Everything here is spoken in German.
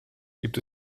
gibt